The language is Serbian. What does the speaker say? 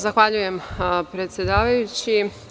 Zahvaljujem, predsedavajući.